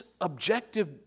objective